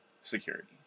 security